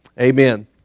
Amen